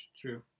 True